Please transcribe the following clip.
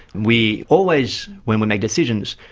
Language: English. we always, when we make decisions,